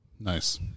Nice